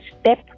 step